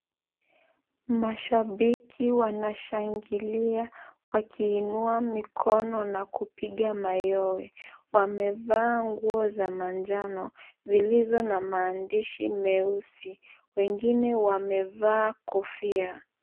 Mashabiki wanashangilia wakiinua mikono na kupiga mayowe, wamevaa nguo za manjano zilizo na maandishi meusi, wengine wamevaa kofia.